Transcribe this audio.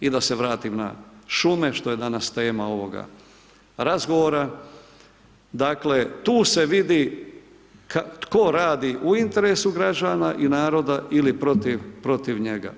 I da se vratim na šume što je danas tema ovoga razgovora, dakle tu se vidi tko radi u interesu građana i naroda ili protiv njega.